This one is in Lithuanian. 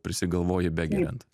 prisigalvoji begeriant